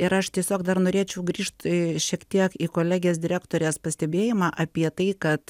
ir aš tiesiog dar norėčiau grįžt šiek tiek į kolegės direktorės pastebėjimą apie tai kad